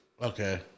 Okay